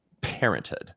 Parenthood